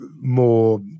more